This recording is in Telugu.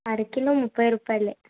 అరకిలో ముప్పై రుపాయలే